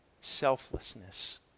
selflessness